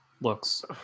looks